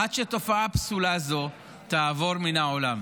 עד שתופעה פסולה זו תעבור מן העולם.